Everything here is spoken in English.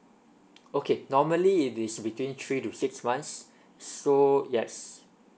okay normally it is between three to six months so yes